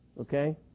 okay